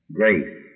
grace